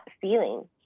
feeling